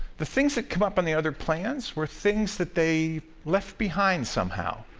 the things that come up in the other plans were things that they left behind somehow.